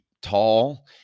tall